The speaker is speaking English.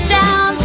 down